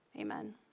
Amen